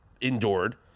endured